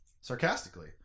sarcastically